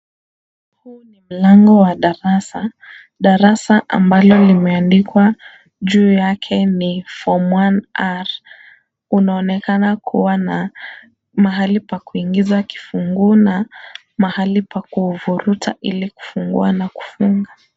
Huu ni mlango wa darasa, darasa ambalo limeandikwa juu yake ni borm 1R. Unaonekana kuwa na mahali pa kuingiza kifunguo na mahali pa kuuvuruta ili kufungua na kufunga.